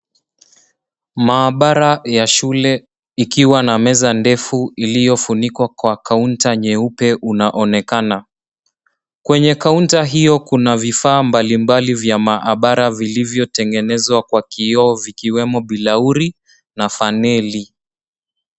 Maabara ya shule ikiwa na meza ndefu iliyofunikwa kwa counter nyeupe unaonekana. Kwenye counter hio kuna vifaa mbali mbali vya maabara vilivyo tengenezwa kwa kioo vikiwemo bilauri na faneli.